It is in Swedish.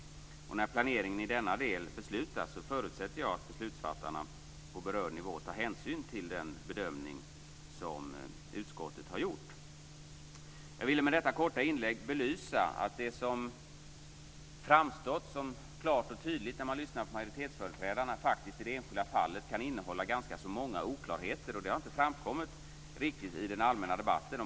Jag förutsätter att när planeringen i denna del beslutats ska beslutsfattarna på berörd nivå ta hänsyn till den bedömning som utskottet har gjort. Jag vill med detta korta inlägg belysa att det som framstått som klart och tydligt när man lyssnar på majoritetsföreträdarna faktiskt i det enskilda fallet kan innehålla ganska så många oklarheter. Detta har inte riktigt framkommit i den allmänna debatten.